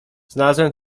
znalazłem